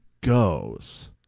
goes